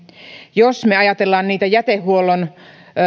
jos me ajattelemme niitä jätehuollon